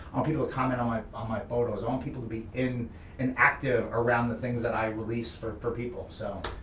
um people to comment on my ah my photos. i want people to be in and active around the things that i release for for people, so.